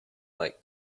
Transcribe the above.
like